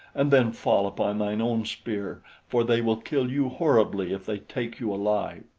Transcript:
and then fall upon thine own spear, for they will kill you horribly if they take you alive.